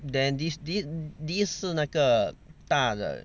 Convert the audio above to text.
then this this this 是那个大的